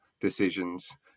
decisions